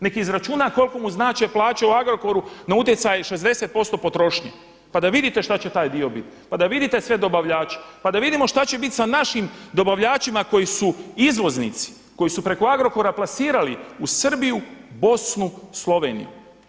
Neka izračuna koliko mu znače plaće u Agrokoru na utjecaj 60% potrošnje pa da vidite što će taj dio biti, pa da vidite sve dobavljače, da da vidimo šta će biti sa našim dobavljačima koji su izvoznici, koji su preko Agrokora plasirali u Srbiju, Bosnu i Sloveniju.